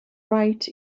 right